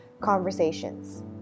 conversations